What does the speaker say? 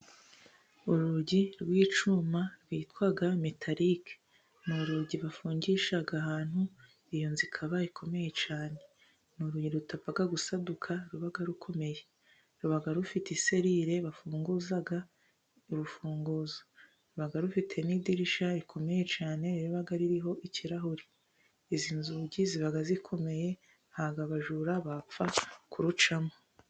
Urugi rw'icyuma rwitwa metarike n'urugi bafungisha ahantu, iyo nzu ikaba ikomeye cyane n'urugi rudapfa gusaduka, ruba rukomeye ruba rufite iserire bafunguza urufunguzo, ruba rufite n'idirishya rikomeye cyane riba ririho ikirahure, izi nzugi ziba zikomeye ntabwo abajura bapfa kurucamo.